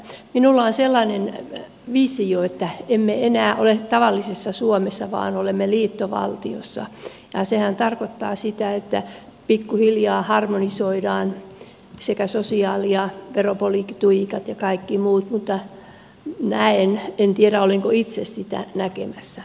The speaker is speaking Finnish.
minulla on sellainen visio että emme enää ole tavallisessa suomessa vaan olemme liittovaltiossa ja sehän tarkoittaa sitä että pikkuhiljaa harmonisoidaan sosiaali ja veropolitiikat ja kaikki muut mutta en tiedä olenko itse sitä näkemässä